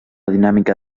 dinàmica